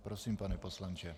Prosím, pane poslanče.